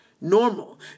normal